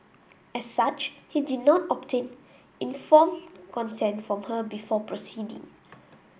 as such he did not obtain informed consent from her before proceeding